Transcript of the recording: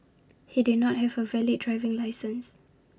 he did not have A valid driving licence